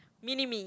mini me